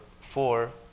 four